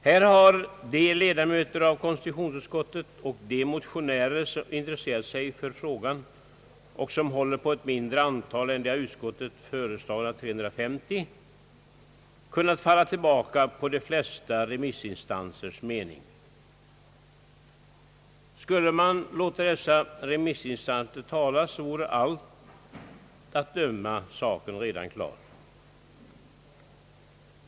Här har de ledamöter av konstitutionsutskottet och de motionärer som intresserat sig för frågan och som vill ha ett mindre antal riksdagsledamöter än de av utskottet föreslagna 350 kunnat referera till flertalet remissinstansers mening. Skulle man låta dessa instansers talan gälla vore av allt att döma saken klar.